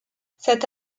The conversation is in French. cette